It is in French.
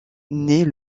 naît